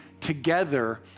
together